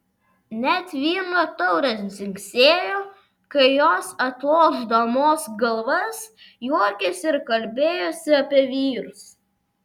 net vyno taurės dzingsėjo kai jos atlošdamos galvas juokėsi ir kalbėjosi apie vyrus